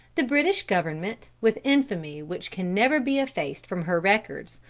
the british government, with infamy which can never be effaced from her records,